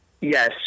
Yes